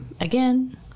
again